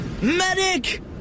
Medic